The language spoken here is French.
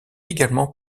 également